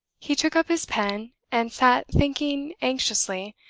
he took up his pen, and sat thinking anxiously,